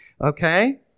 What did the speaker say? okay